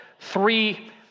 Three